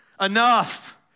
Enough